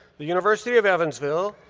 the university of evansville,